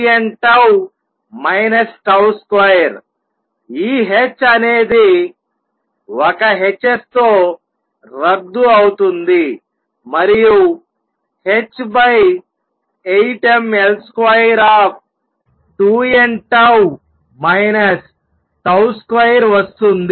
ఈ h అనేది ఒక hs తో రద్దు అవుతుంది మరియు h8mL22nτ 2 వస్తుంది